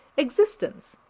existence,